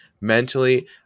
mentally